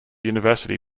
university